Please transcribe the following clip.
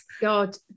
god